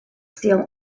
still